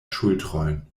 ŝultrojn